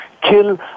kill